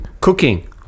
Cooking